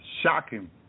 shocking